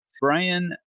Brian